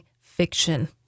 fiction